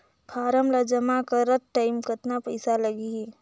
Form ला जमा करत टाइम कतना पइसा लगही?